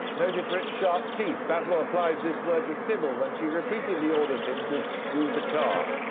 noted for its sharp teeth. basil applies this word to sybil when she repeatedly orders him to do the car.